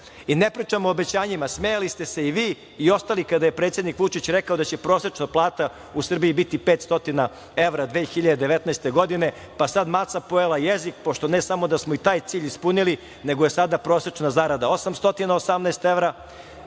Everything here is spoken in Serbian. I ne pričamo o obećanjima, smejali ste se i vi i ostali kada je predsednik Vučić rekao da će prosečna plata u Srbiji biti 500 evra 2019. godine, pa sad maca pojela jezik, pošto ne samo da smo i taj cilj ispunili, nego je sada prosečna zarada 818 evra,